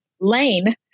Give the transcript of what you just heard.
lane